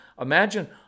Imagine